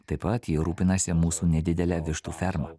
taip pat ji rūpinasi mūsų nedidele vištų ferma